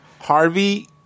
Harvey